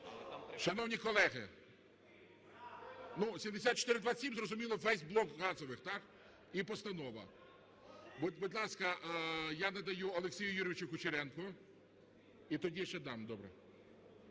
Шановні колеги, 7427, зрозуміло весь блок газових і постанова. Будь ласка, я надаю Олексію Юрійовичу Кучеренко і тоді дам ще, добре.